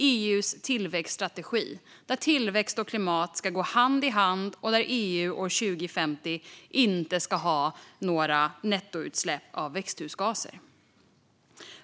Den är EU:s tillväxtstrategi där tillväxt och klimat ska gå hand i hand och där EU år 2050 inte ska ha några nettoutsläpp av växthusgaser.